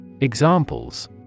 Examples